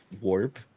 warp